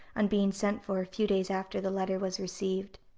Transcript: on being sent for, a few days after the letter was received.